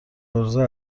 عرضه